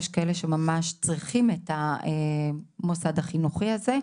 יש כאלה שממש צריכים את המוסד החינוכי הזה.